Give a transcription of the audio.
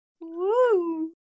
Woo